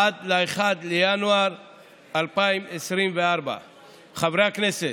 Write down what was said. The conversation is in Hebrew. עד ל-1 בינואר 2024. חברי הכנסת,